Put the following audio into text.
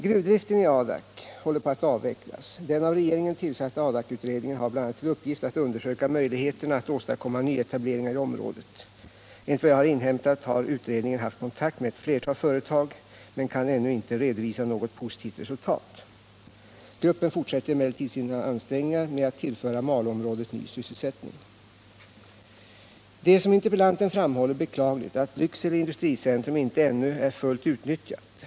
Gruvdriften i Adak håller på att avvecklas. Den av regeringen tillsatta Adakutredningen har bl.a. till uppgift att undersöka möjligheterna att åstadkomma nyetableringar i området. Enligt vad jag har inhämtat har utredningen haft kontakt med ett flertal företag men kan ännu inte redovisa något positivt resultat. Gruppen fortsätter emellertid sina ansträngningar att tillföra Malåområdet ny sysselsättning. Det är som interpellanten framhåller beklagligt att Lycksele industricentrum inte ännu är fullt utnyttjat.